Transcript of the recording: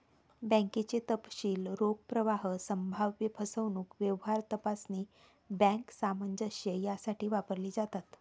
बँकेचे तपशील रोख प्रवाह, संभाव्य फसवणूक, व्यवहार तपासणी, बँक सामंजस्य यासाठी वापरले जातात